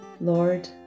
Lord